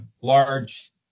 large